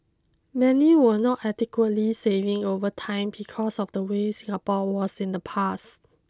many were not adequately saving over time because of the way Singapore was in the past